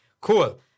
cool